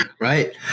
Right